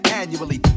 annually